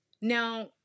Now